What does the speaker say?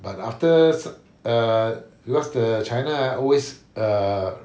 but after so~ err because the china always err